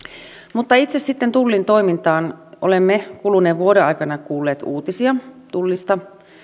mutta sitten itse tullin toimintaan olemme kuluneen vuoden aikana kuulleet uutisia tullista